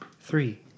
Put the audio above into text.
Three